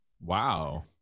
Wow